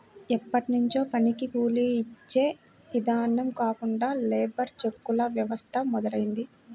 ఎప్పట్నుంచో పనికి కూలీ యిచ్చే ఇదానం కాకుండా లేబర్ చెక్కుల వ్యవస్థ మొదలయ్యింది